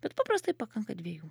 bet paprastai pakanka dviejų